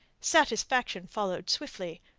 satisfaction followed swiftly.